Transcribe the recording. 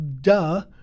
Duh